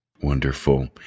Wonderful